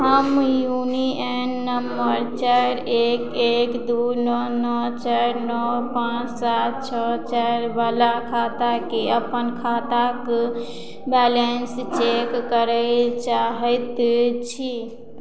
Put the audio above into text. हम union number चारि एक एक दू नओ नओ चारि नओ पाँच सात छओ चारिवला खाताके अपन खाताके बैलेंस चेक करय चाहैत छी